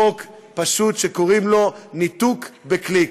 חוק פשוט, שקוראים לו "ניתוק בקליק".